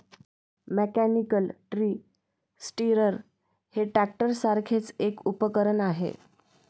mechanical tree stirrer हे ट्रॅक्टरसारखेच एक उपकरण आहे